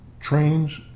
trains